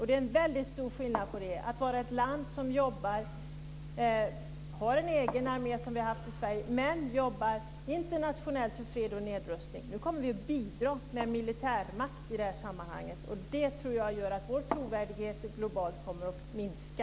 Det är en väldigt stor skillnad på att å ena sidan vara ett land som har en egen armé, som vi har haft i Sverige, men jobbar internationellt för fred och nedrustning och att å andra sidan, som vi nu kommer att göra, bidra med militärmakt i det här sammanhanget. Det tror jag gör att vår trovärdighet globalt kommer att minska.